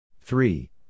Three